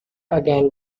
again